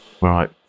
Right